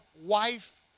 wife